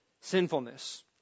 sinfulness